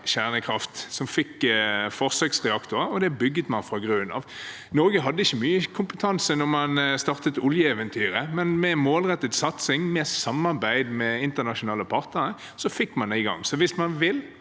kjernekraft, som fikk forsøksreaktorer, og det bygde man fra grunnen av. Norge hadde ikke mye kompetanse da man startet oljeeventyret, men med målrettet satsing og samarbeid med internasjonale partnere fikk man det i gang. Så hvis man vil,